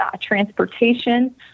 transportation